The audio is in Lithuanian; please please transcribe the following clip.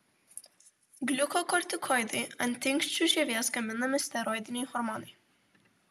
gliukokortikoidai antinksčių žievės gaminami steroidiniai hormonai